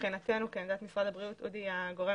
מבחינתנו כעמדת משרד הבריאות אודי שהוא הגורם